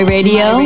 radio